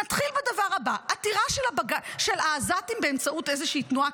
נתחיל בדבר הבא: עתירה של העזתים באמצעות איזושהי תנועה